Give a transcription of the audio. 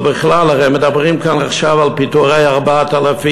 אבל בכלל, הרי מדברים כאן עכשיו על פיטורי 4,000